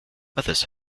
others